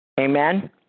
Amen